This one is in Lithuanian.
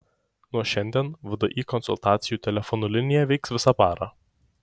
nuo šiandien vdi konsultacijų telefonu linija veiks visą parą